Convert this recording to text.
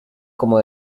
como